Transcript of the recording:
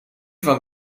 van